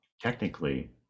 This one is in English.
technically